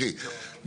תראי,